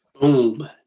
Boom